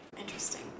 Interesting